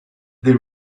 they